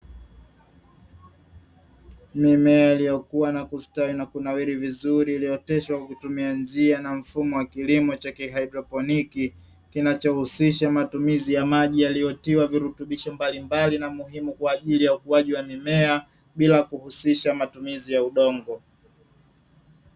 Mimea iliyokuwa na kustawi na kunawiri vizuri ulioteshwa kwa kutumia njia na mfumo wa kilimo cha kihaidroponi, kinachohusisha matumizi ya maji yaliyotiwa virutubisho mbalimbali na muhimu kwa ajili ya ukuaji wa mimea bila kuhusisha matumizi ya udongo.